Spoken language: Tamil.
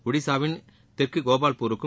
ஒடிசாவின் தெற்கு கோபால்பூருக்கும்